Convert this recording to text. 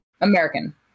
American